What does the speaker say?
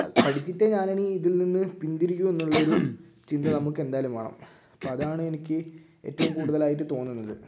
അത് പഠിച്ചിട്ടേ ഞാൻ ഇനി ഇതിൽ നിന്ന് പിന്തിരിയൂ എന്നുള്ള ഒരു ചിന്ത നമുക്ക് എന്തായാലും വേണം അപ്പം അതാണ് എനിക്ക് ഏറ്റവും കൂടുതലായിട്ട് തോന്നുന്നത്